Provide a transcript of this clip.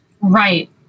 Right